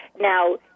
Now